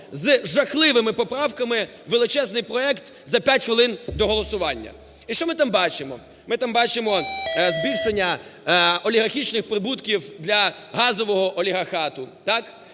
з жахливими поправками, величезний проект, за 5 хвилин до голосування. І що ми там бачимо? Ми там бачимо збільшення олігархічних прибутків для газового олігархату,